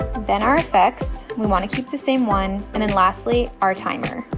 then our effects, we want to keep the same one. and then lastly our timer.